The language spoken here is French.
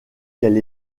qu’elle